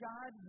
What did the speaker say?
God